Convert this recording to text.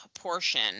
Portion